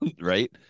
Right